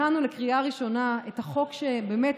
כשהכנו לקריאה ראשונה את החוק שבאמת